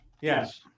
Yes